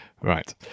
Right